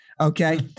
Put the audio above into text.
Okay